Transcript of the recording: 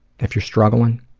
if you're struggling,